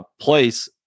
place